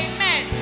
Amen